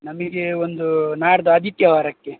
ನಮಗೆ ಒಂದು ನಾಡಿದ್ದು ಆದಿತ್ಯವಾರಕ್ಕೆ